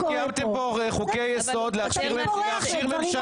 קיימתם כאן חוקי יסוד להכשיר ממשלה.